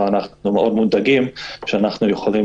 אבל אנחנו מאוד מודאגים שאנחנו יכולים